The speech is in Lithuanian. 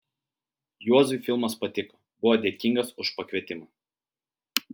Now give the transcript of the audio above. juozui filmas patiko buvo dėkingas už pakvietimą